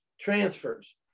transfers